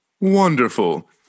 Wonderful